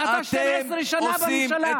אתה 12 שנה בממשלה.